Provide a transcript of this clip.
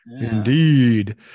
Indeed